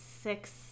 six